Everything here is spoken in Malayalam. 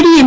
D M